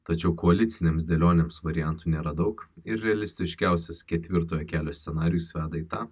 tačiau koalicinėms dėlionėms variantų nėra daug ir realistiškiausias ketvirtojo kelio scenarijus veda į tą